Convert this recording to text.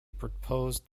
proposed